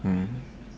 mm